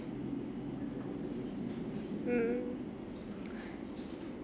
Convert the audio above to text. mm